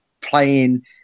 playing